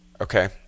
Okay